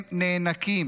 הם נאנקים.